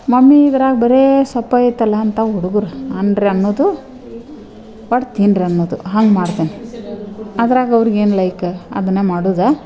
mummy ಇದ್ರಾಗೆ ಬರೀ ಸೊಪ್ಪು ಐತಲ ಅಂತ ಹುಡ್ಗರು ಅನ್ನಿರಿ ಅನ್ನೋದು ಒಟ್ಟು ತಿನ್ನಿರಿ ಅನ್ನೋದು ಹಂಗೆ ಮಾಡ್ತೇನೆ ಅದ್ರಾಗೆ ಅವ್ರ್ಗೇನು ಲೈಕ ಅದನ್ನೇ ಮಾಡೋದು